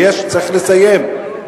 צריך לסיים.